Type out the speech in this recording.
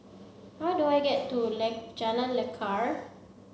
how do I get to Jalan Lekar